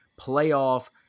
playoff